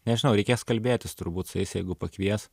nežinau reikės kalbėtis turbūt su jais jeigu pakvies